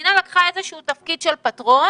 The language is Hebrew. המדינה לקחה איזשהו תפקיד של פטרון